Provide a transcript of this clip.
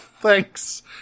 thanks